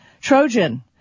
Trojan